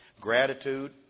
Gratitude